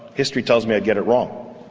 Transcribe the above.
history tells me i'd get it wrong.